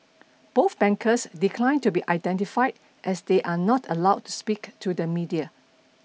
both bankers declined to be identified as they are not allowed to speak to the media